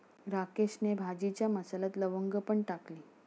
राकेशने भाजीच्या मसाल्यात लवंग पण टाकली